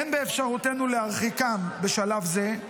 אין באפשרותנו להרחיקם בשלב זה,